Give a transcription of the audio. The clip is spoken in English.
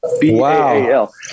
B-A-A-L